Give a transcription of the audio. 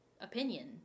opinion